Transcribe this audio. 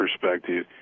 perspective